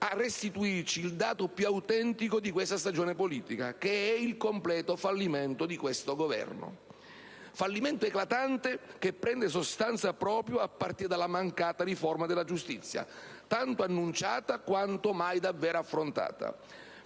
a restituirci il dato più autentico di questa stagione politica, che è il completo fallimento di questo Governo. È un fallimento eclatante, che prende sostanza proprio a partire dalla mancata riforma della giustizia, tanto annunciata quanto mai davvero affrontata.